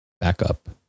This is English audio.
backup